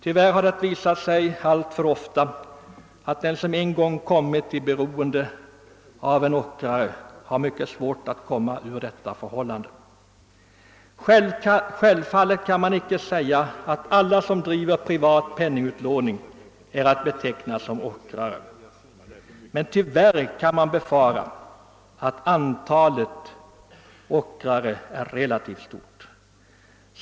Tyvärr har det alltför ofta visat sig att den som en gång blivit beroende av en ockrare har mycket svårt att komma ur detta förhållande. Självfallet kan man inte säga att alla som driver privat penningutlåning är ockrare, men tyvärr kan man befara att antalet ockrare är relativt stort.